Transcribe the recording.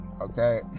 Okay